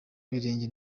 ibirenge